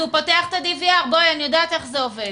אז הוא פותח את ה- DVR. אני יודעת איך זה עובד.